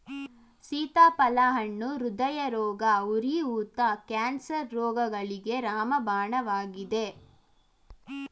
ಸೀತಾಫಲ ಹಣ್ಣು ಹೃದಯರೋಗ, ಉರಿ ಊತ, ಕ್ಯಾನ್ಸರ್ ರೋಗಗಳಿಗೆ ರಾಮಬಾಣವಾಗಿದೆ